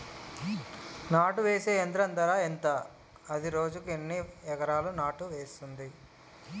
నాటు వేసే యంత్రం ధర ఎంత? అది రోజుకు ఎన్ని ఎకరాలు నాటు వేస్తుంది?